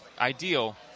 Ideal